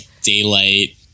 daylight